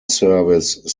service